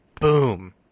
boom